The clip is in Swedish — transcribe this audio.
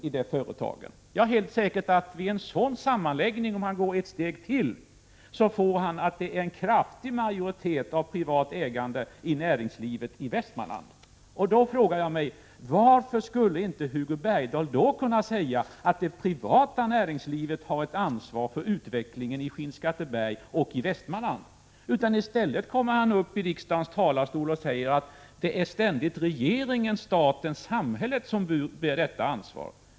Om Hugo Bergdahl alltså går ett steg till och gör en sådan sammanslagning, kommer han helt säkert fram till att det är en kraftig majoritet av privat ägande i näringslivet i Västmanland. Jag frågar mig: Varför skulle inte Hugo Bergdahl då kunna säga att det privata näringslivet har ett ansvar för utvecklingen i Skinnskatteberg och i Västmanland? I stället tar han upp frågan här i riksdagen och säger att det alltid är regeringen, staten och samhället som bär detta ansvar.